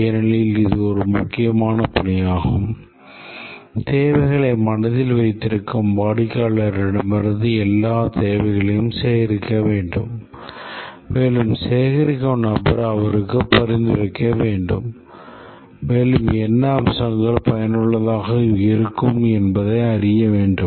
ஏனெனில் இது ஒரு முக்கியமான பணியாகும் தேவைகளை மனதில் வைத்திருக்கும் வாடிக்கையாளரிடமிருந்து எல்லா தேவைகளையும் சேகரிக்க வேண்டும் மேலும் சேகரிக்கும் நபர் அவருக்கு பரிந்துரைக்க வேண்டும் மேலும் என்ன அம்சங்கள் பயனுள்ளதாக இருக்கும் என்பதை அவர் அறிய வேண்டும்